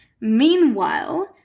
Meanwhile